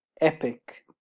epic